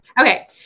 Okay